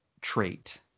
trait